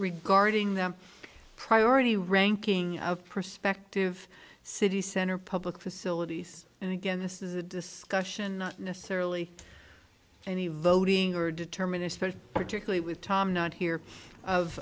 regarding them priority ranking perspective city center public facilities and again this is a discussion not necessarily any voting or determine if particularly with tom not here of